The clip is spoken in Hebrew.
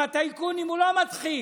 עם הטייקונים הוא לא מתחיל.